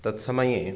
तत् समये